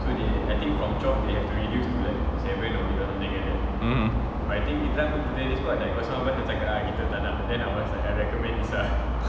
mmhmm